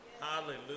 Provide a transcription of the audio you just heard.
Hallelujah